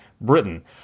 Britain